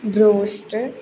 broast